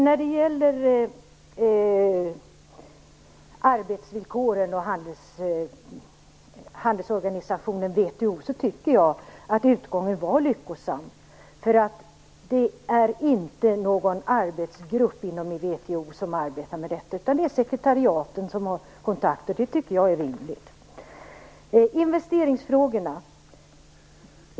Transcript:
När det gäller arbetsvillkoren och handelsorganisationen VHO, tycker jag att utgången var lyckosam. Det är inte någon arbetsgrupp inom VHO som arbetar med detta, utan det är sekretariaten som har kontakter. Jag tycker att det är rimligt.